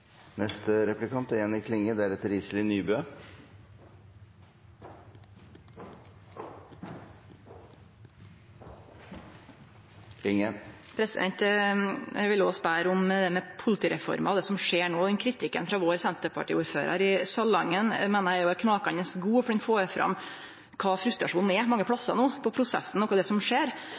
Eg vil også spørje om politireforma og om det som skjer no. Kritikken frå Senterparti-ordføraren vår i Salangen meiner eg er knakande god, for den får fram den frustrasjonen som er mange plassar no, både over prosessen og det som skjer.